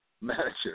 manager